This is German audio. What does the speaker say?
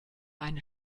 eine